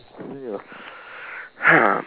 continue